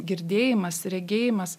girdėjimas regėjimas